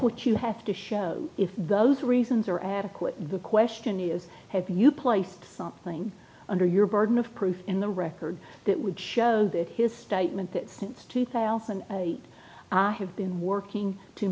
what you have to show if those reasons are adequate the question is have you placed something under your burden of proof in the record that would show that his statement that since two thousand and eight i have been working to